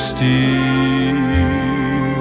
steel